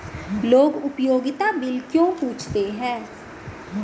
लोग उपयोगिता बिल क्यों पूछते हैं?